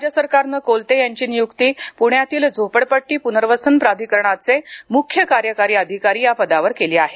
राज्य सरकारने कोलते यांची नियुक्ती पुण्यातील झोपडपट्टी पुनर्वसन प्राधिकरणाचे मुख्य कार्यकारी अधिकारी या पदावर केली आहे